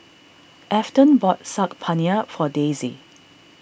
Afton bought Saag Paneer for Dasia